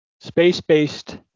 space-based